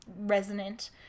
resonant